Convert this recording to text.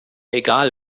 egal